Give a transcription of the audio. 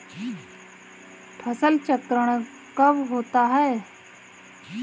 फसल चक्रण कब होता है?